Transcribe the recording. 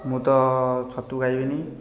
ମୁଁ ତ ଛତୁ ଖାଇବିନି